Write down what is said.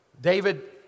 David